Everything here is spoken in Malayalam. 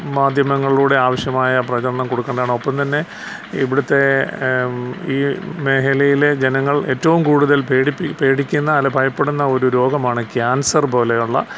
മാധ്യമങ്ങളുടെ ആവശ്യമായ പ്രചരണം കൊടുക്കേണ്ടതാണ് ഒപ്പം തന്നെ ഇവിടുത്തെ ഈ മേഘലയിലെ ജനങ്ങൾ ഏറ്റവും കൂടുതൽ പേടിക്കുന്ന അല്ലെങ്കിൽ ഭയപ്പെടുന്ന ഒരു രോഗമാണ് ക്യാൻസർ പോലെയുള്ള